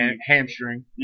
hamstring